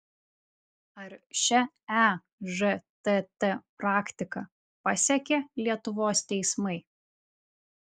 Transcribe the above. ar šia ežtt praktika pasekė lietuvos teismai